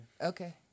Okay